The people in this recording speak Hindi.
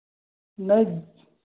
नहीं